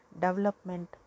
development